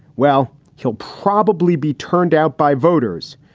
well, he'll probably be turned out by voters,